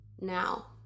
Now